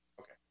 okay